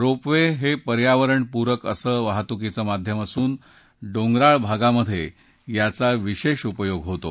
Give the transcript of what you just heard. रोप वे हे पर्यावरण पुरक असं वाहतुकीचं माध्यम असून डोंगराळ भागात याचा विशेष उपयोग होतो